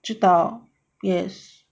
知道 yes